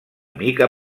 mica